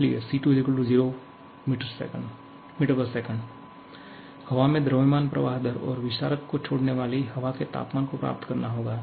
इसलिए C2 0 ms हमें हवा के द्रव्यमान प्रवाह दर और विसारक को छोड़ने वाली हवा के तापमान को प्राप्त करना होगा